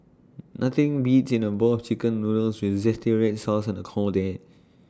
nothing beats in A bowl of Chicken Noodles with Red Sauce on A cold day